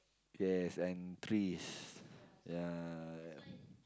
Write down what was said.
yes and trees ya